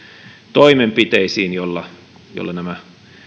toimenpiteisiin joilla nämä